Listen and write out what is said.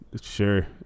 Sure